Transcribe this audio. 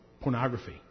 pornography